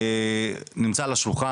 נמצא על השולחן?